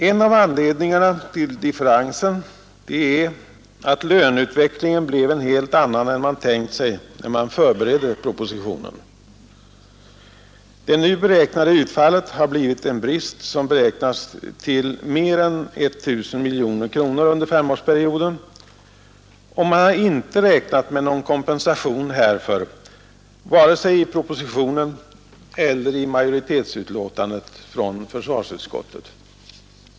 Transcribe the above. En av anledningarna till differensen är att löneutvecklingen blev en helt annan än man tänkt sig när man förberedde propositionen. Det nu beräknade utfallet har blivit en brist som beräknas till mer än 1 000 miljoner kronor under femårsperioden, och man har inte räknat med någon kompensation härför vare sig i propositionen eller i majoritetsutlåtandet från försvarsutskottet.